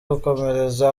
gukomereza